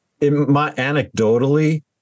Anecdotally